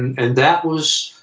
and that was.